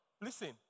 listen